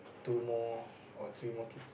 two more or three more kids